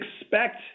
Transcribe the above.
expect